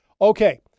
Okay